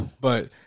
But-